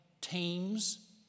teams